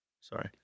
Sorry